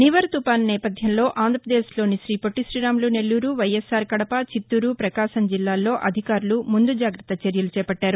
నివర్ తుఫాను నేపథ్యంలో ఆంధ్రప్రదేశ్లోని తీపొట్టితీరాములు నెల్లూరు వైఎస్సార్ కడప చిత్తూరు పకాశం జిల్లాల్లో అధికారులు ముందుజాగ్రత్త చర్యలు చేపట్టారు